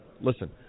listen